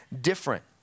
different